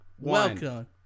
welcome